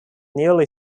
newly